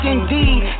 Indeed